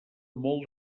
molt